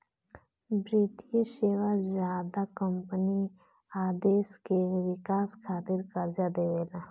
वित्तीय सेवा ज्यादा कम्पनी आ देश के विकास खातिर कर्जा देवेला